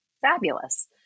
Fabulous